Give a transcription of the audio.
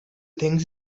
think